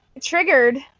triggered